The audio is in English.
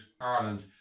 Ireland